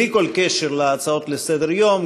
בלי כל קשר להצעות לסדר-יום,